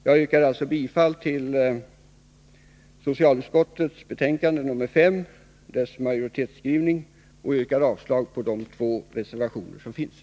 Jag yrkar alltså bifall till socialutskottets hemställan i betänkandet nr 5 och yrkar avslag på de två reservationer som finns.